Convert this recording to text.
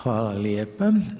Hvala lijepa.